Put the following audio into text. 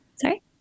Sorry